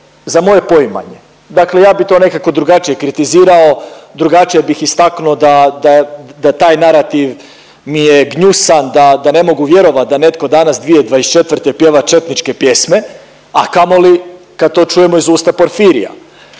za moje poimanje. Dakle, ja bi to nekako drugačije kritizirao, drugačije bih istaknuo da, da taj narativ mi je gnjusan, da ne mogu vjerovati da netko danas 2024. pjeva četničke pjesme, a kamoli kad to čujemo iz usta Porfirija